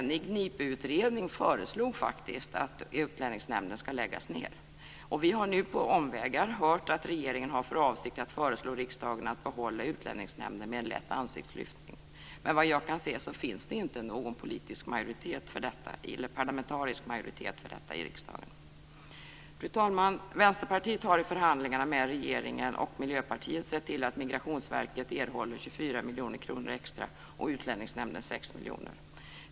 NIPU föreslog faktiskt i enighet att Utlänningsnämnden ska läggas ned. Vi har nu på omvägar hört att regeringen har för avsikt att föreslå riksdagen att behålla Utlänningsnämnden med en lätt ansiktslyftning. Men vad jag kan se finns det inte någon parlamentarisk majoritet för detta i riksdagen. Fru talman! Vänsterpartiet har i förhandlingarna med regeringen och Miljöpartiet sett till att Migrationsverket erhåller 24 miljoner kronor extra och Utlänningsnämnden 6 miljoner kronor.